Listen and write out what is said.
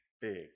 big